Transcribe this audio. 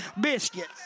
biscuits